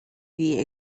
die